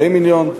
40 מיליון,